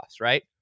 right